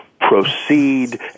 proceed